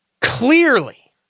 clearly